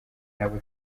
nabo